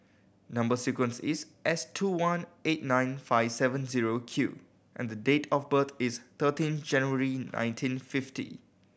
number sequence is S two one eight nine five seven zero Q and the date of birth is thirteen January nineteen fifty